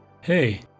hey